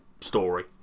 story